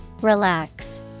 Relax